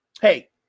Hey